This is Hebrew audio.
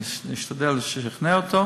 אני אשתדל לשכנע אותו.